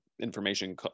information